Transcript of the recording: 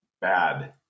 bad